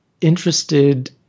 interested